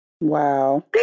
Wow